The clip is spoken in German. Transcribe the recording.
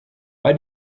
bei